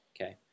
Okay